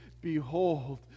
Behold